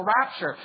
rapture